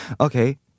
Okay